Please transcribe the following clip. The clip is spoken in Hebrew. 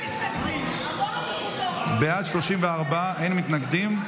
בעד 34, אין מתנגדים.